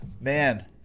Man